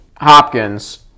Hopkins